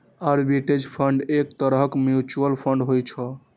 arbitrage fund एक तरहक mutual fund होइ छै